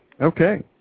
Okay